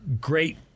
great